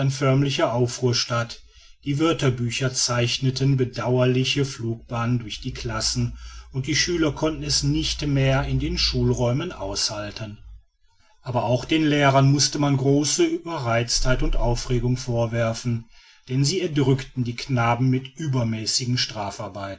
aufruhr statt die wörterbücher zeichneten bedauerliche flugbahnen durch die klassen und die schüler konnten es nicht mehr in den schulräumen aushalten aber auch den lehrern mußte man große überreiztheit und aufregung vorwerfen denn sie erdrückten die knaben mit übermäßigen strafarbeiten